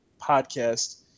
podcast